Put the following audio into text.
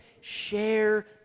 Share